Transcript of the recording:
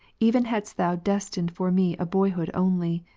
even hadst thou destined for me boyhood only.